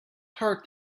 heart